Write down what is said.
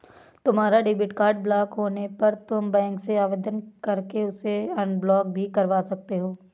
तुम्हारा debit card block होने पर तुम बैंक से आवेदन करके उसे अनब्लॉक भी करवा सकते हो